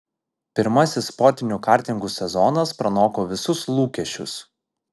pirmasis sportinių kartingų sezonas pranoko visus lūkesčius